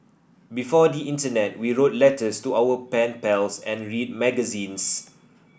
before the internet we wrote letters to our pen pals and read magazines